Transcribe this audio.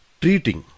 treating